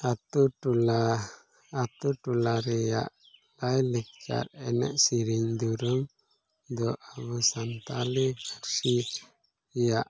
ᱟᱹᱛᱩ ᱴᱚᱞᱟ ᱟᱹᱛᱩ ᱴᱚᱞᱟ ᱨᱮᱭᱟᱜ ᱞᱟᱭᱼᱞᱟᱠᱪᱟᱨ ᱮᱱᱮᱡ ᱥᱮᱨᱮᱧ ᱫᱩᱨᱟᱹᱝ ᱫᱚ ᱟᱵᱚ ᱥᱟᱱᱛᱟᱞᱤ ᱯᱟᱹᱨᱥᱤ ᱨᱮᱭᱟᱜ